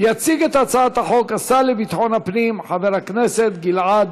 הצעת החוק עברה בקריאה ראשונה, ותועבר